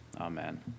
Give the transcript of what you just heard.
amen